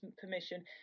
permission